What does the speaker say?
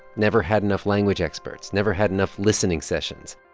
never had enough language experts, never had enough listening sessions.